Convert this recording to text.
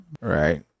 Right